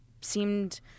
seemed